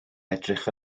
edrych